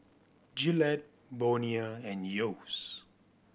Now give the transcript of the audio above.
Gillette Bonia and Yeo's